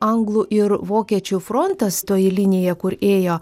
anglų ir vokiečių frontas toji linija kur ėjo